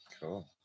Cool